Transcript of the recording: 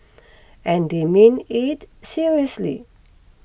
and they meant it seriously